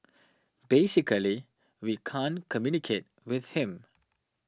basically we can't communicate with him